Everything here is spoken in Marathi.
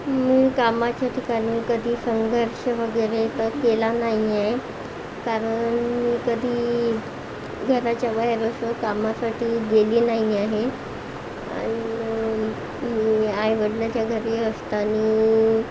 मी कामाच्या ठिकाणी कधी संघर्ष वगैरे तर केला नाही आहे कारण मी कधी घराच्या बाहेर असं कामासाठी गेली नाही आहे आणि मी आई वडिलाच्या घरी असताना